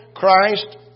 Christ